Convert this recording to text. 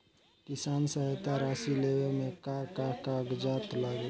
किसान सहायता राशि लेवे में का का कागजात लागी?